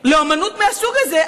לאומנות מהסוג הזה,